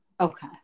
Okay